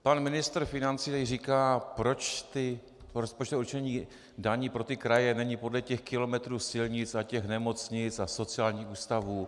Pan ministr financí tady říká, proč rozpočtové určení daní pro kraje není podle těch kilometrů silnic a těch nemocnic a sociálních ústavů.